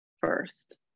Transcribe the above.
first